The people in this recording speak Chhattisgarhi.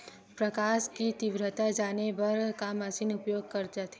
प्रकाश कि तीव्रता जाने बर का मशीन उपयोग करे जाथे?